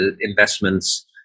investments